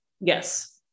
Yes